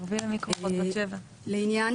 לעניין